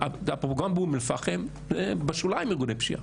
גם באום-אל-פאחם, בשוליים ארגוני פשיעה.